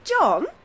John